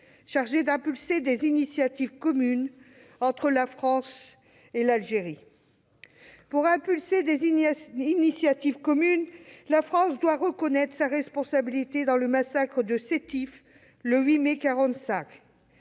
chargée d'impulser des initiatives communes entre la France et l'Algérie. Pour ce faire, la France doit reconnaître sa responsabilité dans le massacre de Sétif, le 8 mai 1945,